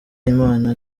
imana